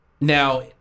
Now